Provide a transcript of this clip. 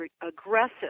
aggressive